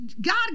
God